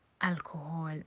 alcohol